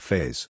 Phase